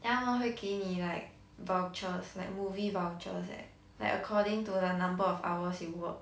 then 他们会给你 like vouchers like movie vouchers eh like according to the number of hours you work